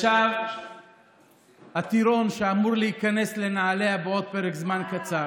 ישב הטירון שאמור להיכנס לנעליה בעוד פרק זמן קצר,